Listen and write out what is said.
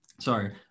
sorry